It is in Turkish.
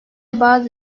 bazı